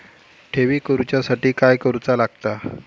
ठेवी करूच्या साठी काय करूचा लागता?